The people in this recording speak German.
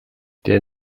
der